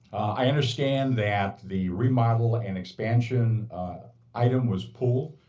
i understand that the remodel and expansion item was pulled.